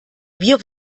wir